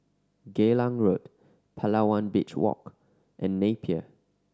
Geylang Road Palawan Beach Walk and Napier